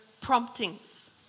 promptings